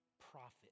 profit